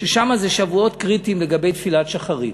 שהם שבועות קריטיים לגבי תפילת שחרית.